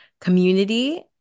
community